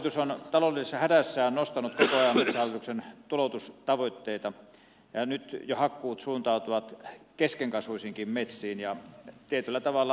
hallitus on taloudellisessa hädässään nostanut koko ajan metsähallituksen tuloutustavoitteita ja nyt jo hakkuut suuntautuvat keskenkasvuisiinkin metsiin ja tietyllä tavalla häiritsevät